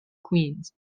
queens